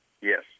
yes